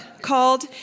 called